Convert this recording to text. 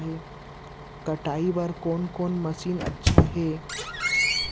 कटाई बर कोन कोन मशीन अच्छा हे?